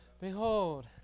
Behold